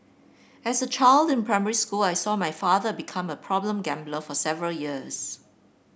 as a child in primary school I saw my father become a problem gambler for several years